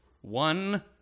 One